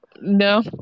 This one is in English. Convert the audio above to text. no